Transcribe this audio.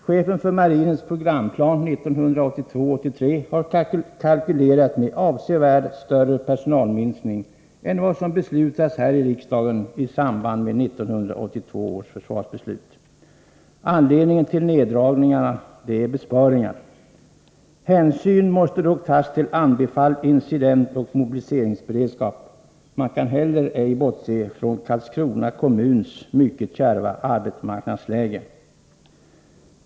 Chefen för marinens programplan för budgetåret 1982/83 har kalkylerat med avsevärt större personalminskning än vad som beslutades här i riksdagen i samband med 1982 års försvarsbeslut. Anledningen till neddragningarna är behovet av besparingar. Hänsyn måste dock tas till anbefalld incidentoch mobiliseringsberedskap. Man kan heller ej bortse från Karlskrona kommuns mycket kärva arbetsmarknadsläge.